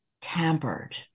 tampered